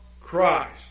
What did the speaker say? Christ